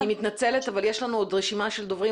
אני מתנצלת אבל יש לנו עוד רשימת דוברים